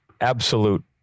absolute